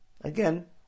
Again